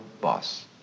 boss